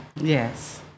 Yes